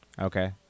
Okay